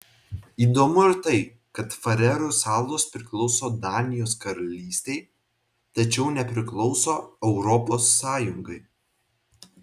įdomu ir tai kad farerų salos priklauso danijos karalystei tačiau nepriklauso europos sąjungai